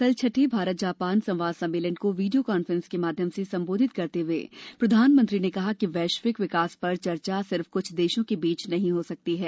कल छठे भारत जापान संवाद सम्मेलन को वीडियो कांफ्रेंस के माध्यम से संबोधित करते हुए प्रधानमंत्री ने कहा कि वैश्विक विकास पर चर्चा सिर्फ कुछ देशों के बीच नहीं हो सकती है